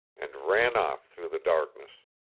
and ran off through the darkness.